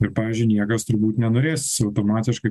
ir pavyzdžiui niekas turbūt nenorės automatiškai